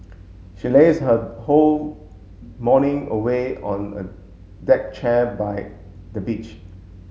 she lazed her whole morning away on a deck chair by the beach